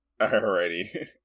Alrighty